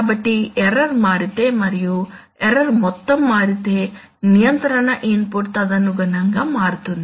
కాబట్టి ఎర్రర్ మారితే మరియు ఎర్రర్ మొత్తం మారితే నియంత్రణ ఇన్పుట్ తదనుగుణంగా మారుతుంది